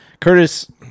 Curtis